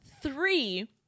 three